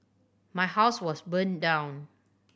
my house was burned down